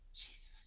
Jesus